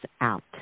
out